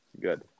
Good